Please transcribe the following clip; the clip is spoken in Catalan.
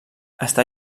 està